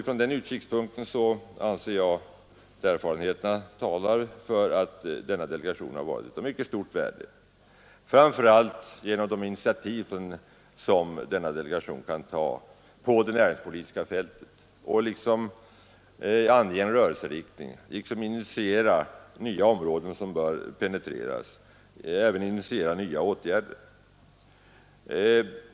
Från den utkikspunkten har jag funnit att erfarenheterna talar för att denna delegation har varit av mycket stort värde, framför allt på grund av de initiativ som den kan ta på det näringspolitiska fältet för att liksom ange en rörelseriktning mot nya områden som bör penetreras och för att initiera nya åtgärder.